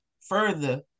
further